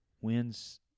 wins